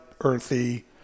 earthy